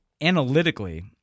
analytically